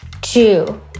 two